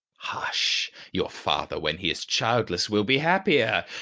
hush! your father when he is childless will be happier.